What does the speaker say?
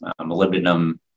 molybdenum